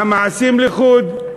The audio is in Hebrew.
והמעשים לחוד.